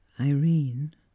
Irene